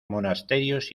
monasterios